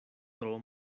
tro